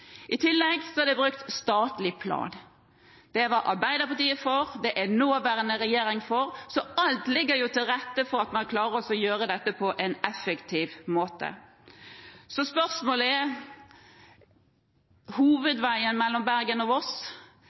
I tillegg er det brukt statlig plan. Det var Arbeiderpartiet for, og det er nåværende regjering for, så alt ligger til rette for at man klarer å gjøre dette på en effektiv måte. Spørsmålet er: Når det gjelder hovedveien mellom Bergen og